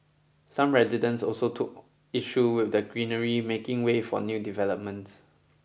some residents also took issue with the greenery making way for new developments